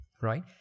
right